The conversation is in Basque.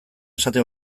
esate